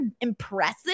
impressive